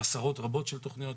עשרות רבות של תוכניות,